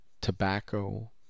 tobacco